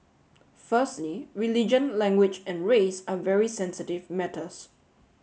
firstly religion language and race are very sensitive matters